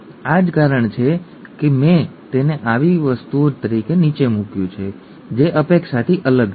આ જ કારણ છે કે મેં તેને એવી વસ્તુ તરીકે નીચે મૂક્યું છે જે અપેક્ષાથી અલગ છે